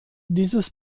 dieses